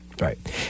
right